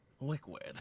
Liquid